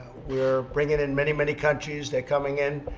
we're bringing in many, many countries. they're coming in.